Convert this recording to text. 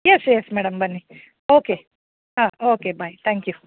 S yes madam ಬನ್ನಿ okay ಹಾಂ okay bye thank you